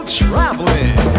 traveling